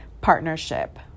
partnership